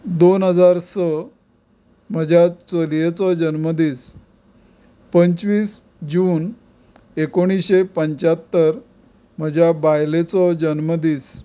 दोन हजार स म्हज्या चलयेचो जल्मदीस पंचवीस जून एकुणशें पंचात्तर म्हज्या बायलेचो जल्मदीस